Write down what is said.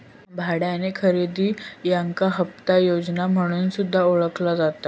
भाड्यानो खरेदी याका हप्ता योजना म्हणून सुद्धा ओळखला जाता